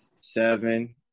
seven